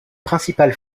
principales